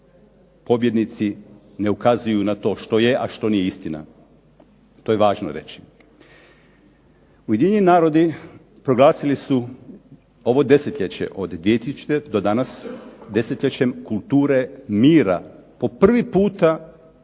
pobjednici ne ukazuju na to što je, a što nije istina. To je važno reći. Ujedinjeni narodi proglasili su ovo desetljeće od 2000. do danas desetljećem kulture mira. Po prvi puta